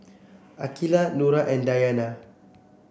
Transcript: Aqilah Nura and Dayana